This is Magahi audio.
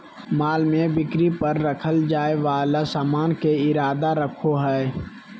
माल में बिक्री पर रखल जाय वाला सामान के इरादा रखो हइ